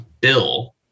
Bill